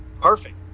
Perfect